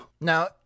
Now